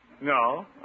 No